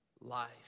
life